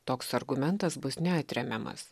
toks argumentas bus neatremiamas